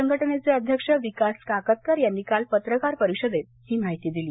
संघटनेचे अध्यक्ष विकास काकतकर यांनी काल पत्रकार परिषदेत ही माहिती दिली